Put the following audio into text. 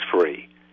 free